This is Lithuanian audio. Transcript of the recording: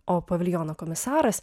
o paviljono komisaras